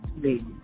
please